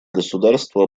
государства